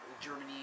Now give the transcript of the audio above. Germany